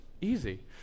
easy